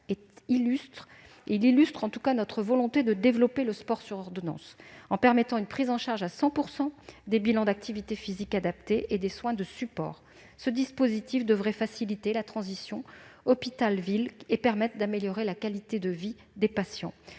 illustre notre volonté de développer le sport sur ordonnance, en permettant une prise en charge à 100 % des bilans d'activité physique adaptée et des soins de support. Ce dispositif devrait faciliter la transition entre hôpital et ville, tout en améliorant la qualité de vie des patients.